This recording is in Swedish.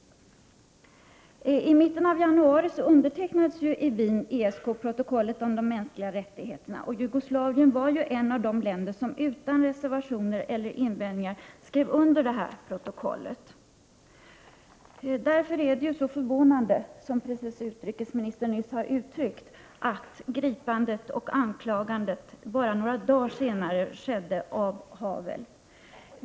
I mitten av januari undertecknades i Wien ESK-protokollet om de mänskliga rättigheterna. Tjeckoslovakien var ett av de länder som utan reservationer eller invändningar skrev under detta protokoll. Därför är det förvånande, precis som utrikesministern nyss har uttryck, att gripandet och anklagandet av Havel skedde bara några dagar senare.